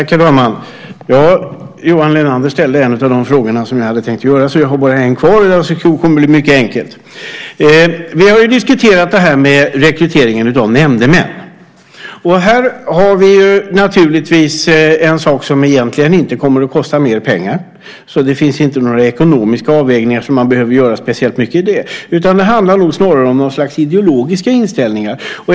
Herr talman! Johan Linander ställde en av de frågor som jag hade tänkt ställa, så jag har bara en fråga kvar. Det kommer att bli mycket enkelt. Vi har ju diskuterat rekryteringen av nämndemän. Här har vi naturligtvis en sak som egentligen inte kommer att kosta mer pengar, så man behöver inte göra speciellt mycket ekonomiska avvägningar. Det handlar nog snarare om något slags ideologiska inställningar.